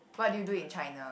what do you do in China